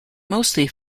mostly